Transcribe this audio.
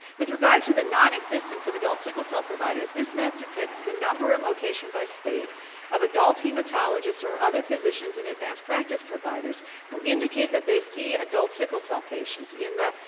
with regard to the nonexistence of adult sickle cell providers, this map depicts the number and location by state of adult hematologists or other physicians and advanced practice providers who indicate that they see adult sickle cell patients in the,